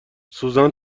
سوزن